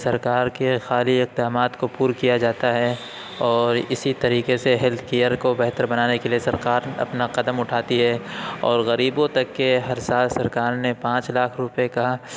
سرکار کے خالی اقدامات کو پر کیا جاتا ہے اور اسی طریقے سے ہیلتھ کیئر کو بہتر بنانے کے لیے سرکار اپنا قدم اٹھاتی ہے اور غریبوں تک کے ہر سال سرکار نے پانچ لاکھ روپئے کا